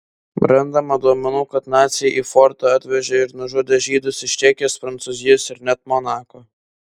randama duomenų kad naciai į fortą atvežė ir nužudė žydus iš čekijos prancūzijos ir net monako